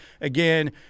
again